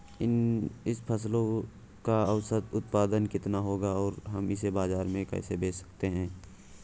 इस फसल का औसत उत्पादन कितना होगा और हम इसे बाजार में कैसे बेच सकते हैं?